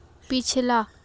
पिछला